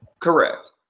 correct